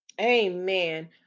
Amen